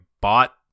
bought